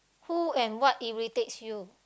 who and what irritates you